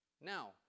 Now